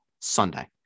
Sunday